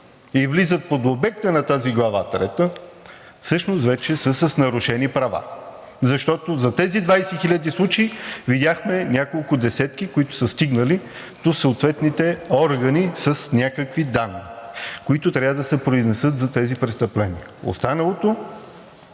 и влизат под обекта на тази Глава трета, всъщност вече са с нарушени права. Защото за тези 20 хиляди случая видяхме няколко десетки, които са стигнали до съответните органи с някакви данни, които трябва да се произнесат за тези престъпления. Останалото